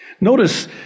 Notice